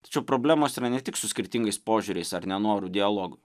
tačiau problemos yra ne tik su skirtingais požiūriais ar nenoru dialogo